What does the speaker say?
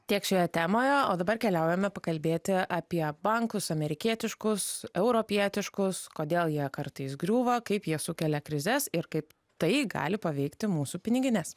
tiek šioje temoje o dabar keliaujame pakalbėti apie bankus amerikietiškus europietiškus kodėl jie kartais griūva kaip jie sukelia krizes ir kaip tai gali paveikti mūsų pinigines